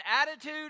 attitude